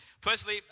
Firstly